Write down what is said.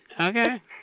Okay